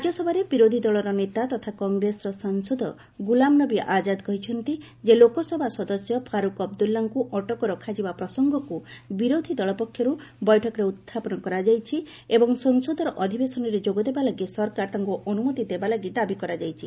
ରାଜ୍ୟସଭାରେ ବିରୋଧୀ ଦଳର ନେତା ତଥା କଂଗ୍ରେସର ସାଂସଦ ଗୁଲମ୍ନବୀ ଆଜାଦ୍ କହିଛନ୍ତି ଯେ ଲୋକସଭା ସଦସ୍ୟ ଫାରୁକ୍ ଅବଦୁଲ୍ଲାଙ୍କୁ ଅଟକ ରଖାଯିବା ପ୍ରସଙ୍ଗକୁ ବିରୋଧ ଦଳପକ୍ଷରୁ ବୈଠକରେ ଉତ୍ଥାପନ କରାଯାଇଛି ଏବଂ ସଂସଦର ଅଧିବେଶନରେ ଯୋଗଦେବା ଲାଗି ସରକାର ତାଙ୍କୁ ଅନୁମତି ଦେବା ଲାଗି ଦାବି କରାଯାଇଛି